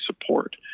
support